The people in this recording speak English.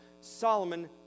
Solomon